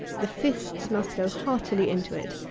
the fists must go heartily into it.